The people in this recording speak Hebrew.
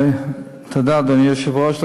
תודה, אדוני היושב-ראש.